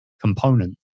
component